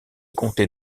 comtés